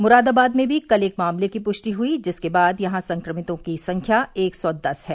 मुरादाबाद में भी कल एक मामले की पुष्टि हुई जिसके बाद यहां संक्रमितों की संख्या एक सौ दस है